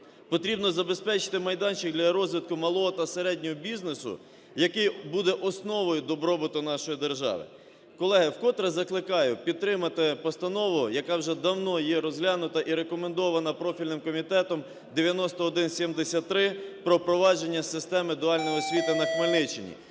Потрібно забезпечити майданчик для розвитку малого та середнього бізнесу, який буде основою добробуту нашої держави. Колеги, вкотре закликаю підтримати постанову, яка вже давно є розглянута і рекомендована профільним комітетом – 9173: про впровадження системи дуальної освіти на Хмельниччині.